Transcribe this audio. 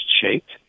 shaped